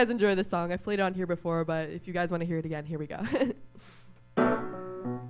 guys enjoy the song if we don't hear before but if you guys want to hear it again here we go